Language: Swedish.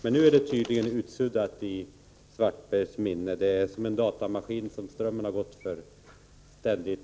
Men nu är det tydligen utsuddat i Karl-Erik Svartbergs minne, som i en datamaskin när strömmen har gått.